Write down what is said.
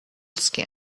skin